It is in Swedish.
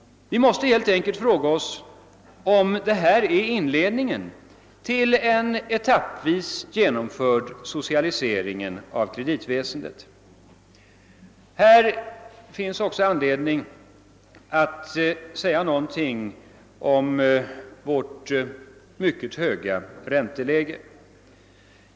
Vi måste helt enkelt ställa frågan om detta är inledningen till en etappvis genomförd socialisering av kreditväsendet. Det finns också anledning att säga några ord om vårt mycket höga ränteläge.